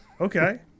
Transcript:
Okay